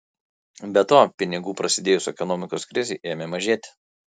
be to pinigų prasidėjus ekonomikos krizei ėmė mažėti